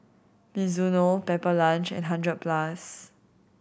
Mizuno Pepper Lunch and Hundred Plus